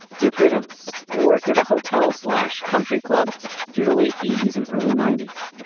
dear prudence, i worked at a hotel slash country club through the late eighty s and early ninety s.